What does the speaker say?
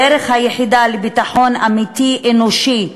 הדרך היחידה לביטחון אמיתי, אנושי,